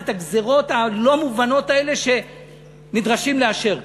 את הגזירות הלא-מובנות האלה שנדרשים לאשר כאן.